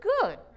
good